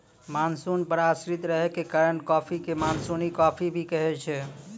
monsoon पर आश्रित रहै के कारण कॉफी कॅ मानसूनी कॉफी भी कहै छै